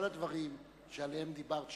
כל הדברים שעליהם דיברת,